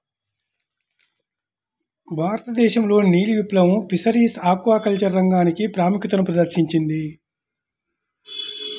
భారతదేశంలోని నీలి విప్లవం ఫిషరీస్ ఆక్వాకల్చర్ రంగానికి ప్రాముఖ్యతను ప్రదర్శించింది